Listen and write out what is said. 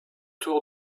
tour